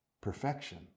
perfection